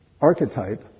archetype